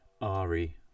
Ari